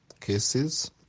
cases